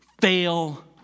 fail